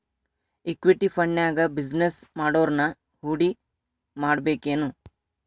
Equity ಫಂಡ್ನ್ಯಾಗ business ಮಾಡೊವ್ರನ ಹೂಡಿಮಾಡ್ಬೇಕೆನು?